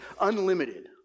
unlimited